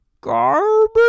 Garbage